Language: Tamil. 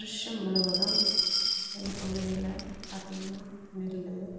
வருஷம் முழுவதும் எங்கள் பகுதியில் பார்த்திங்னா நெல்லு